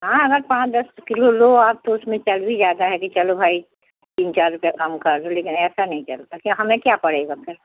हाँ अगर पाँच दस किलो लो आप तो उसमें चल भी जाता है कि चलो भाई तीन चार रुपए कम कर दो लेकिन ऐसा नहीं कर सकते हमें क्या पड़ेगा फिर